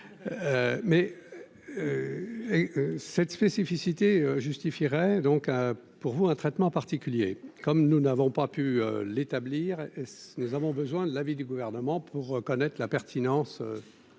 mais et cette spécificité justifierait donc pour vous un traitement particulier, comme nous n'avons pas pu l'établir, nous avons besoin de l'avis du gouvernement pour connaître la pertinence